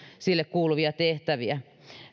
sille kuuluvia tehtäviä